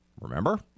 Remember